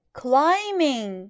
climbing